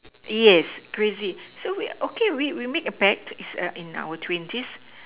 yes crazy so we okay we we make a pact it's a in our twenties